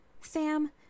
Sam